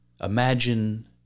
imagine